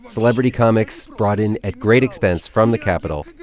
celebrity comics brought in at great expense from the capital,